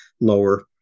lower